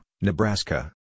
Nebraska